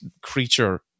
creature